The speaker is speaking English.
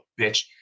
bitch